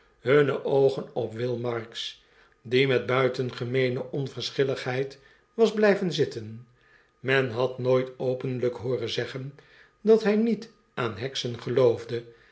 hunne oogen op will marks die met buitengemeene onverscnilligheid was blyven zitten men had nooit openlrjk hooren zeggen dat hi niet aan heksen geloofde